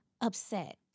upset